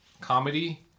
comedy